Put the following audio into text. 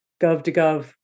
gov-to-gov